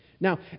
Now